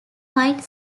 might